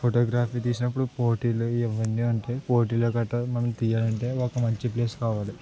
photography తీసినప్పుడు పోటీలు ఇవి అన్నీ ఉంటాయి పోటీలు గట్ట మనం తీయాలి అంటే ఒక మంచి ప్లేస్ కావాలి